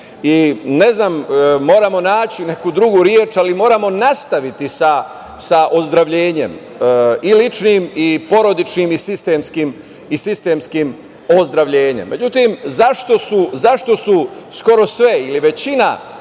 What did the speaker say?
Ne znam, moramo naći neku drugu reč, ali moramo nastaviti sa ozdravljenjem, i ličnim i porodičnim i sistemskim ozdravljenjem.Međutim, zašto su skoro sve ili većina